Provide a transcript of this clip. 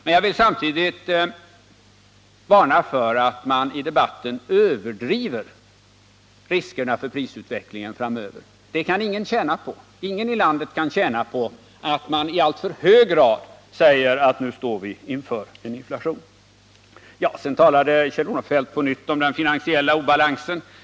Men jag vill samtidigt varna för att man i debatten överdriver riskerna för prisutvecklingen framöver. Det kan ingen tjäna på. Ingen i landet kan tjäna på att man i alltför hög grad säger att nu står vi inför en inflation. Sedan talade Kjell-Olof Feldt på nytt om den finansiella obalansen.